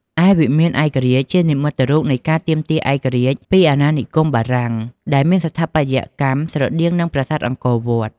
ឯវិមានឯករាជ្យ ជានិមិត្តរូបនៃការទាមទារឯករាជ្យពីអាណានិគមបារាំង ដែលមានស្ថាបត្យកម្មស្រដៀងនឹងប្រាសាទអង្គរ។